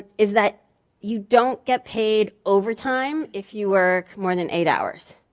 is that you don't get paid overtime if you work more than eight hours.